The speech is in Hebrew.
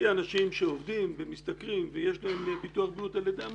כי אנשים עובדים ומשתכרים ויש להם ביטוח בריאות על ידי המעסיק,